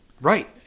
Right